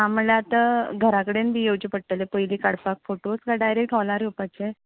आं म्हणल्यार आतां घरा कडेन बीन येवचें पडटलें पयली काडपाक फोटोज काय डायरेक्ट हॉलार येवपाचें